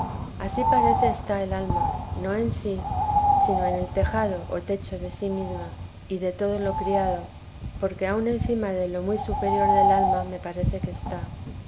ansí parece está el alma no en sí sino en el tejado o techo de sí mesma y de todo lo criado porque aun encima de lo muy superior del alma me parece que está